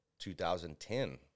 2010